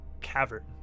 cavern